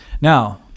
now